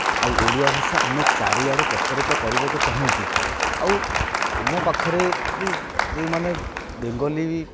ଆଉ ଓଡ଼ିଆ ଭାଷା ଆମେ ଚାରିଆଡ଼େ ପ୍ରଚାରିତ କରିବାକୁ ଚାହୁଁଛୁ ଆଉ ଆମ ପାଖରେ ବି ଯେଉଁମାନେ ବେଙ୍ଗଲୀ